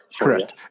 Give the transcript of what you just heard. Correct